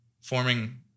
forming